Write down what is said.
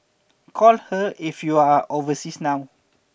call her if you are overseas now